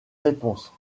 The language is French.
réponse